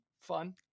fun